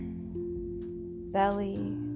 belly